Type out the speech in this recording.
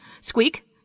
Squeak